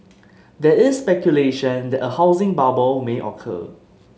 there is speculation that a housing bubble may occur